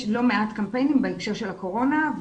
יש לא מעט קמפיינים בהקשר של הקורונה.